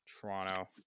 Toronto